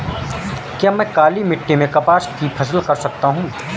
क्या मैं काली मिट्टी में कपास की फसल कर सकता हूँ?